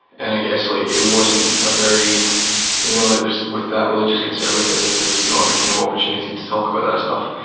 and i guess like it wasn't a very you know like with that religious conservatism, there was not the kind of opportunity to talk about that stuff.